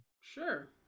Sure